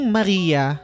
Maria